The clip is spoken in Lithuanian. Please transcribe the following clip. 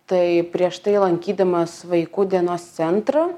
tai prieš tai lankydamas vaikų dienos centrą